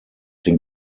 den